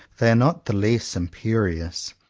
they are not the less imperious.